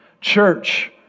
Church